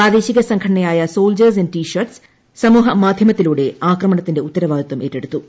പ്രാദേശിക സംഘടനയായ soldiers in t shirts സമൂഹമാധ്യമത്തിലൂടെ ആക്രമണത്തിന്റെ ഉത്തരവാദിത്തം ഏറ്റെടുത്തു